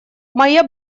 моя